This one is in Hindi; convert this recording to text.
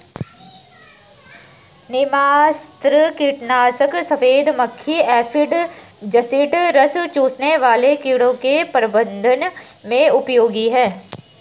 नीमास्त्र कीटनाशक सफेद मक्खी एफिड जसीड रस चूसने वाले कीड़ों के प्रबंधन में उपयोगी है